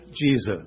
Jesus